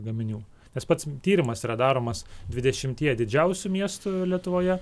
gaminių nes pats tyrimas yra daromas dvidešimtyje didžiausių miestų lietuvoje